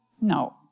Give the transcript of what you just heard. No